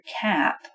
cap